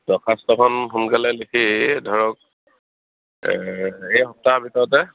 দৰখাস্তখন সোনকালে লিখি ধৰক এই সপ্তাহৰ ভিতৰতে